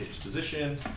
position